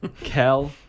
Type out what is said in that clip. Kel